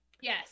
Yes